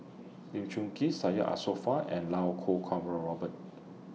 Lee Choon Kee Syed Alsagoff and Lau Kuo Kwong Robert